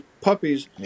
puppies